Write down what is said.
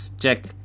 check